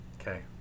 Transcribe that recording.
Okay